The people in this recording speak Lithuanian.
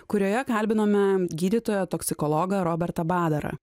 kurioje kalbinome gydytoją toksikologą robertą badarą